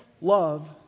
love